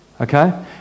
Okay